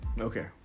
okay